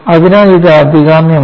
അതിനാൽ ഇത് അഭികാമ്യമാണ്